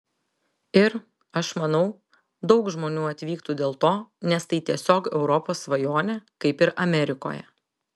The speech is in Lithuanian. ir aš manau daug žmonių atvyktų dėl to nes tai tiesiog europos svajonė kaip ir amerikoje